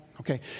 Okay